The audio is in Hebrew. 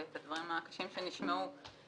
את הדברים הקשים שנשמעו,